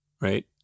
Right